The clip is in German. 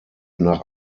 nach